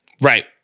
right